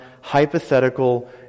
hypothetical